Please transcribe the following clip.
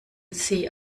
sie